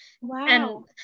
Wow